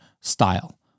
style